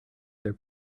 their